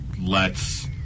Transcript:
lets